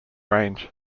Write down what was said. range